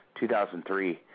2003